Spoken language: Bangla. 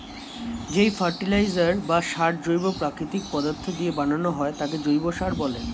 যেই ফার্টিলাইজার বা সার জৈব প্রাকৃতিক পদার্থ দিয়ে বানানো হয় তাকে জৈব সার বলে